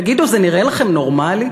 תגידו, זה נראה לכם נורמלי?